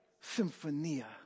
symphonia